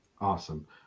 Awesome